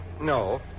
No